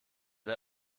der